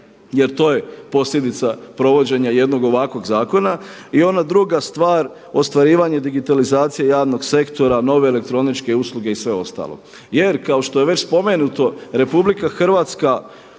Jer to je posljedica provođenja jednog ovakvog zakona. I onda druga stvar ostvarivanje digitalizacije javnog sektora, nove elektroničke usluge i sve ostalo. Jer kao što je već spomenuto RH kad